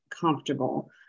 comfortable